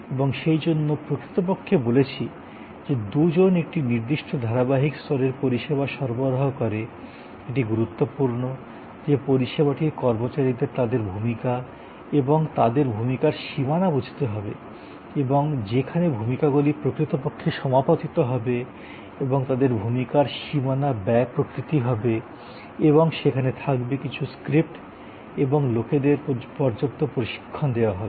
এবং সেইজন্য প্রকৃতপক্ষে বলেছি যে দুজন একটি নির্দিষ্ট ধারাবাহিক স্তরের পরিষেবা সরবরাহ করে এটি গুরুত্বপূর্ণ যে পরিষেবাটির কর্মচারীদের তাদের ভূমিকা এবং তাদের ভূমিকার সীমানা বুঝতে হবে এবং যেখানে ভূমিকাগুলি প্রকৃতপক্ষে সমাপতিত হবে এবং তাদের ভূমিকার সীমানা ব্যয় প্রকৃতি হবে এবং সেখানে থাকবে কিছু চিত্রনাট্য এবং লোকদের পর্যাপ্ত প্রশিক্ষণ দেওয়া হবে